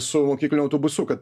su mokykliniu autobusu kad